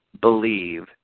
believe